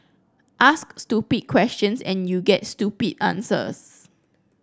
ask stupid questions and you get stupid answers